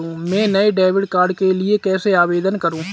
मैं नए debit card के लिए कैसे आवेदन करूं?